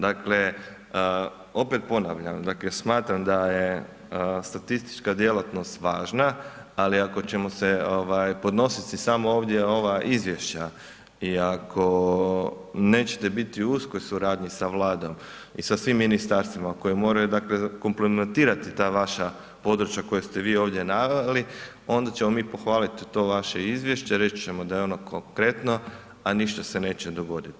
Dakle, opet ponavljam dakle smatram da je statistička djelatnost važna, ali ako ćemo se ovaj podnositi samo ovdje ova izvješća i ako nećete biti u uskoj suradnji sa vladom i sa svim ministarstvima koja moraju dakle komplimentirati ta vaša područja koja ste vi ovdje naveli, onda ćemo mi pohvaliti to vaše izvješće, reći ćemo da je ono konkretno, a ništa se neće dogoditi.